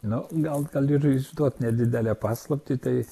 nu gal galiu ir išduot nedidelę paslaptį tai